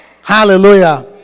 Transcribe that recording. Hallelujah